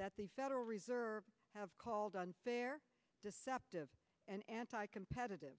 that the federal reserve have called unfair deceptive and anti competitive